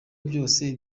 byose